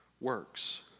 works